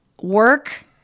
work